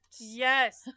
Yes